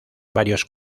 varios